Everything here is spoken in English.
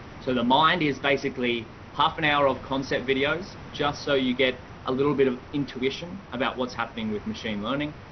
so the mind is basically half an hour of concept videos just so you get a little bit of intuition about what's happening with machine learning.